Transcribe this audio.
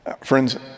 Friends